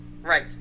Right